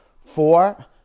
four